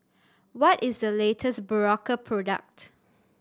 what is the latest Berocca product